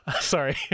Sorry